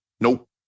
Nope